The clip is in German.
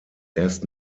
erst